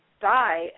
die